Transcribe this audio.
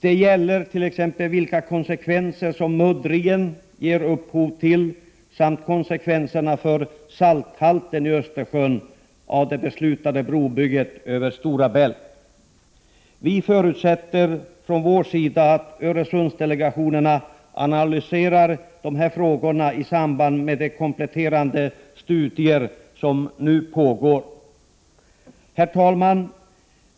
Det gäller t.ex. vilka konsekvenser som muddringen ger upphov till samt konsekvenserna för salthalten i Österjön av det beslutade brobygget över Stora Bält. Vi förutsätter att Öresundsdelegationerna analyserar dessa frågor i samband med de kompletterande studier som nu pågår. Herr talman!